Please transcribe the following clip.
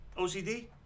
OCD